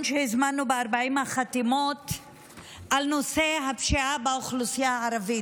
שהזמנו ב-40 החתימות על נושא הפשיעה באוכלוסייה הערבית.